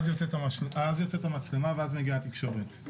אז יוצאת המצלמה ואז מגיעה התקשורת.